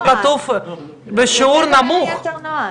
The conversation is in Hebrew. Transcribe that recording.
יש לי שאלה לגבי התכנית המשביחה.